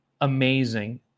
amazing